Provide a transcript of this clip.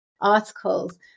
articles